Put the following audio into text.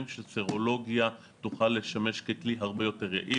שסרולוגיה תוכל לשמש ככלי הרבה יותר יעיל.